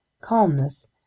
Calmness